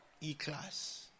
E-Class